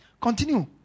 Continue